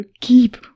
keep